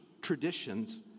traditions